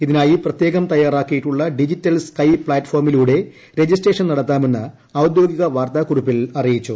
ഇതിനായി പ്രത്യേകം തയ്യാറാക്കിയി ട്ടുള്ള ഡിജിറ്റൽ സ്കൈ പ്ലാറ്റ്ഫോർമിലൂടെ രജിസ്ട്രേഷൻ നട ത്താമെന്ന് ഒദ്യോഗിക വാർത്താക്കുറിപ്പിൽ അറിയിച്ചു